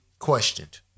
questioned